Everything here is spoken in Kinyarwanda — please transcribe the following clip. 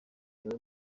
iwe